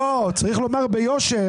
לא, צריך לומר ביושר.